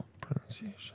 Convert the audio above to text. pronunciation